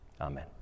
Amen